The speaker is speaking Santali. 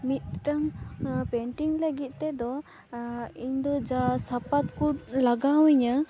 ᱢᱤᱫᱴᱟᱝ ᱯᱮᱱᱴᱤᱝ ᱞᱟᱹᱜᱤᱫ ᱛᱮᱫᱚ ᱤᱧ ᱫᱚ ᱡᱟ ᱥᱟᱯᱟᱵᱽ ᱠᱚ ᱞᱟᱜᱟᱣ ᱤᱧᱟᱹ